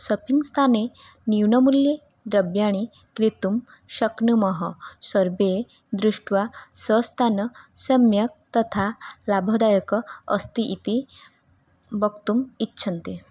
shopping स्थाने न्यूनमूल्ये द्रव्याणि क्रेतुं शक्नुमः सर्वे दृष्ट्वा सस्तान सम्यक् तथा लाभदायकं अस्ति इति वक्तुम् इच्छन्ति